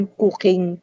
cooking